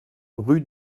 rue